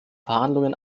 verhandlungen